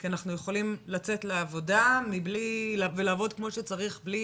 כי אנחנו יכולים לצאת לעבודה ולעבוד כמו שצריך בלי